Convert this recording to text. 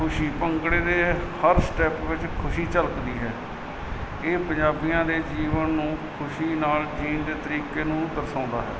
ਖੁਸ਼ੀ ਭੰਗੜੇ ਦੇ ਹਰ ਸਟੈਪ ਵਿੱਚ ਖੁਸ਼ੀ ਝਲਕਦੀ ਹੈ ਇਹ ਪੰਜਾਬੀਆਂ ਦੇ ਜੀਵਨ ਨੂੰ ਖੁਸ਼ੀ ਨਾਲ ਜੀਣ ਦੇ ਤਰੀਕੇ ਨੂੰ ਦਰਸਾਉਂਦਾ ਹੈ